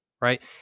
Right